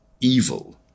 evil